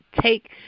Take